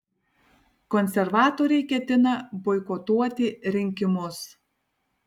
konservatoriai ketina boikotuoti rinkimus